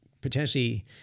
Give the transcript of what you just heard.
potentially